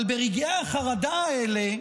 אבל ברגעי החרדה האלה,